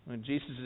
Jesus